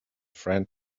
friend